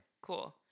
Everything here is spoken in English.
cool